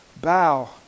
bow